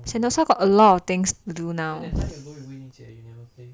sentosa got a lot of things to do now